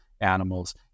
animals